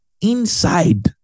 inside